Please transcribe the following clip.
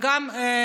זאת אומרת,